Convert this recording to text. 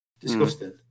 Disgusting